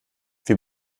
wie